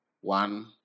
one